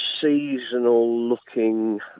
seasonal-looking